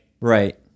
Right